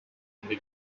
envy